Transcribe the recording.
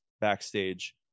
backstage